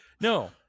No